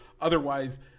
Otherwise